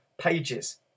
pages